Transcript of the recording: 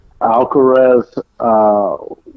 Alcaraz